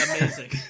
Amazing